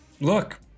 look